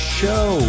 show